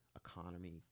economy